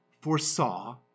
foresaw